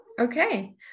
Okay